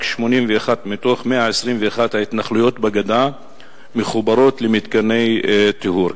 רק 81 מתוך 121 ההתנחלויות בגדה מחוברות למתקני טיהור,